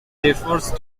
divorce